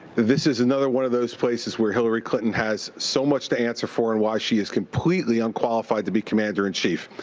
this is another one of those places where hillary clinton has so much to answer for, and why she is completely unqualified to be commander in chief.